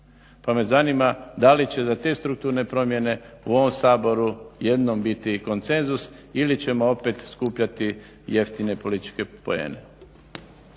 pa me zanima da li će te strukturne promjene u ovom Saboru jednom biti koncenzus ili ćemo opet skupljati jeftine političke poene.